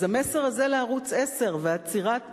אז המסר הזה לערוץ-10 ועצירת